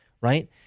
right